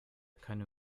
keine